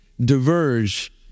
diverge